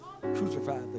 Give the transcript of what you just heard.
crucified